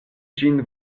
ĝin